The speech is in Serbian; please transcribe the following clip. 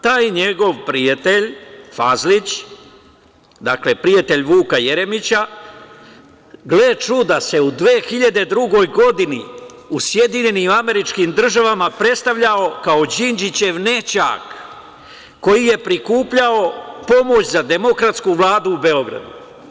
Taj njegov prijatelj, Fazlić, dakle prijatelj Vuka Jeremića, gle čuda, on se u 2002. godini, u SAD predstavljao kao Đinđićev nećak, koji je prikupljao pomoć za demokratsku Vladu, u Beogradu.